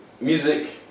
music